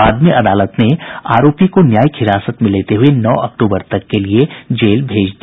बाद में अदालत ने आरोपी को न्यायायिक हिरासत में लेते हुये नौ अक्टूबर तक के लिये जेल भेज दिया